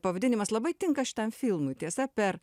pavadinimas labai tinka šitam filmui tiesa per